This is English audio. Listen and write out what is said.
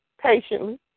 patiently